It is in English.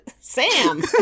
Sam